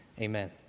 amen